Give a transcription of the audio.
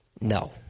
No